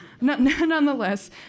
nonetheless